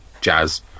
jazz